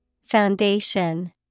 Foundation